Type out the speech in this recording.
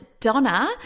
Donna